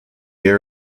air